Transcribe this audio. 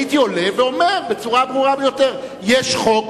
הייתי עולה ואומר בצורה ברורה ביותר: יש חוק,